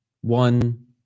one